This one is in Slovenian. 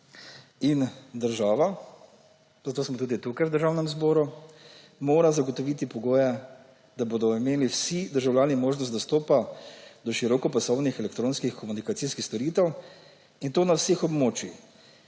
In država – zato smo tudi tukaj v Državnem zboru – mora zagotoviti pogoje, da bodo imeli vsi državljani možnost dostopa do širokopasovnih elektronskih komunikacijskih storitev, in to na vseh območjih.